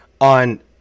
on